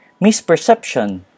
misperception